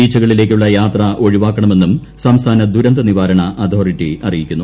ബീച്ചുകളിലേക്കുള്ള യാത്ര ഒഴിവാക്കണമെന്നും സംസ്ഥാന ദുരന്ത നിവാരണ അതോറിറ്റി അറിയിച്ചു